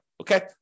Okay